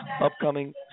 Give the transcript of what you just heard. upcoming